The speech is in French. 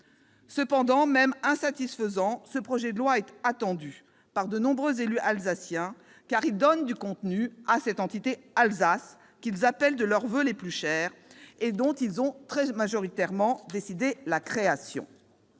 Cependant, même insatisfaisant, ce projet de loi est attendu par de nombreux élus alsaciens, car il donne du contenu à cette entité « Alsace » qu'ils appellent de leurs voeux les plus chers et dont ils ont très majoritairement décidé la création.